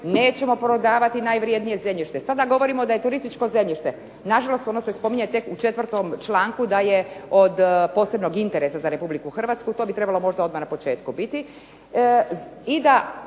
nećemo prodavati najvrjednije zemljište. Sada govorimo da je turističko zemljište. Nažalost, ono se spominje tek u 4. članku da je od posebnog interesa za Republiku Hrvatsku, to bi trebalo možda odmah na početku biti. I da